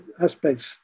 aspects